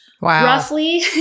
roughly